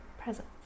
presence